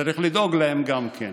צריך לדאוג להם גם כן.